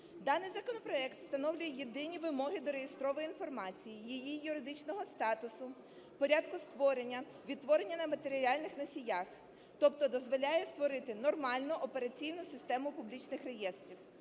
Даний законопроект встановлює єдині вимоги до реєстру інформації, її юридичного статусу, порядку створення, відтворення на матеріальних носіях, тобто дозволяє створити нормальну операційну систему публічних реєстрів.